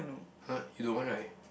!huh! you don't want right